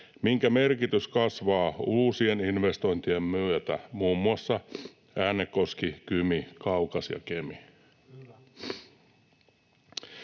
minkä merkitys kasvaa uusien investointien myötä, muun muassa Äänekoski, Kymi, Kaukas ja Kemi.